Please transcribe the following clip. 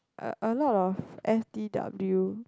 uh a lot of F_D_W